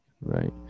right